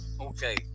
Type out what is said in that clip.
Okay